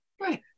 right